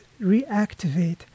reactivate